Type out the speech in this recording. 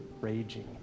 raging